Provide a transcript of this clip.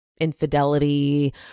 infidelity